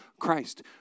Christ